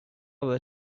father